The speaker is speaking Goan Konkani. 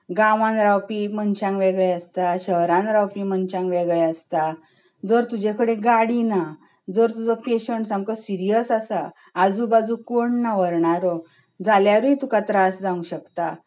गांवांत रावपी मनशांक वेगळें आसता शहरांत रावपी मनशांक वेगळें आसता जर तुजे कडेन गाडी ना जर तुजो पेशेंट सामको सिरियस आसा आजू बाजू कोण ना व्हरणारो जाल्यारूय तुका त्रास जावंक शकता